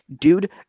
Dude